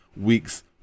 weeks